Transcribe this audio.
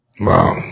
Wow